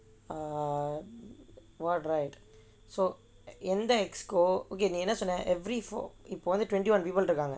err what right so எந்த:entha executive committee every four important twenty one people இருக்காங்க:irukkaanga